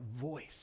voice